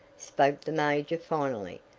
spoke the major finally.